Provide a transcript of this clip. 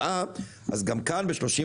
בחו"ל אנחנו בעצם מתערבים ביחסים חוזיים.